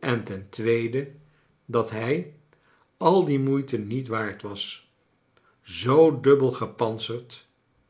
en ten tweede dat hij al die moeite niet waard was zoo dubbel gepantserd